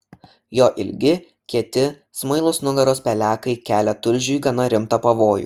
jo ilgi kieti smailūs nugaros pelekai kelia tulžiui gana rimtą pavojų